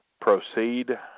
proceed